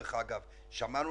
שמענו